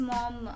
Mom